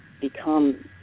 become